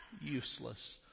useless